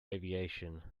aviation